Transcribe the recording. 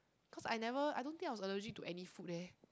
cause I never I don't think I was allergic to any food leh